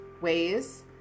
ways